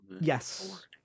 Yes